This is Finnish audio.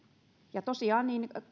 tosiaan